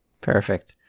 Perfect